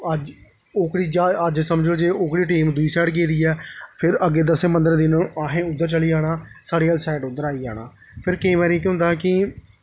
अज्ज ओह्कड़ी अज्ज समझो जे ओह्कड़ी टीम दूई साइड गेदी ऐ फिर अग्गें दस्सें पंदरें दिनें असें उद्धर चली जाना साढ़े आह्ली साइड उद्धर आई जाना फिर केईं बारी केह् होंदा कि